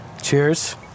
cheers